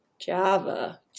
Java